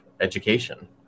education